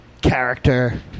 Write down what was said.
character